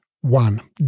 One